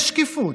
יש שקיפות,